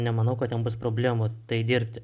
nemanau kad jam bus problemų tai dirbti